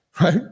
right